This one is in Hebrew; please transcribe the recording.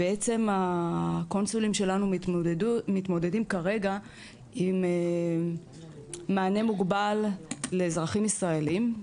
ובעצם הקונסולים שלנו מתמודדים כרגע עם מענה מוגבל לאזרחים ישראלים,